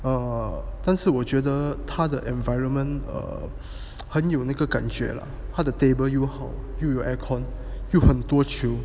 err 但是我觉得他的 environment err 很有那个感觉 lah 他的 table 又好又有 aircon 又很多球